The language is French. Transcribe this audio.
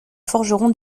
forgeron